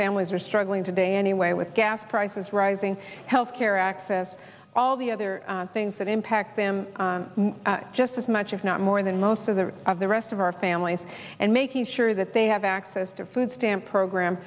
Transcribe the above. families are struggling today anyway with gas prices rising health care access all the other things that impact them just as much if not more than most of the of the rest of our families and making sure that they have access to food stamp program